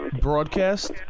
broadcast